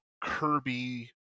Kirby